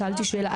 שאלתי שאלה.